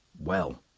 well,